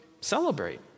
Celebrate